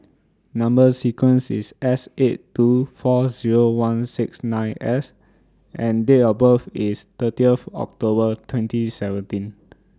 Number sequence IS S eight two four Zero one six nine S and Date of birth IS thirtieth October twenty seventeen